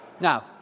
Now